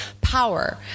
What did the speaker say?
power